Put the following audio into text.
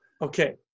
Okay